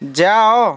ଯାଅ